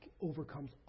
overcomes